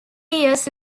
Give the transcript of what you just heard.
years